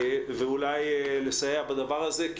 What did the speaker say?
ואולי לסייע בדבר הזה.